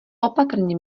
opatrně